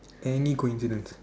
any coincidence